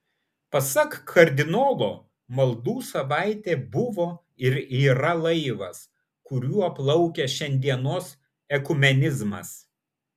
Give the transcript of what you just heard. pasak kardinolo maldų savaitė buvo ir yra laivas kuriuo plaukia šiandienos ekumenizmas